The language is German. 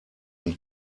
und